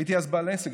הייתי אז בעל עסק,